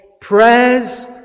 prayers